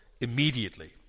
immediately